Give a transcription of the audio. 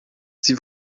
sie